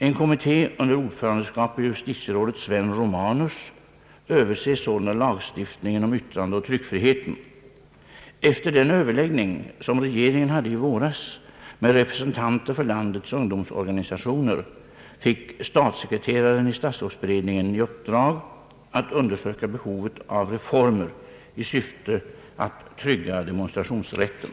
En kommitté under ordförandeskap av justitierådet Sven Romanus Ööverser sålunda lagstiftningen om yttrandeoch tryckfriheten. Efter den överläggning, som regeringen hade i våras med representanter för landets ungdomsorganisationer, fick statssekreteraren i statsrådsberedningen i uppdrag att undersöka behovet av reformer i syfte att trygga demonstrationsrätten.